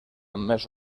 més